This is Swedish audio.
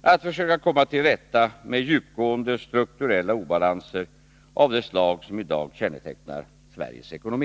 att söka komma till rätta med djupgående strukturella obalanser av det.slag som i dag kännetecknar Sveriges ekonomi.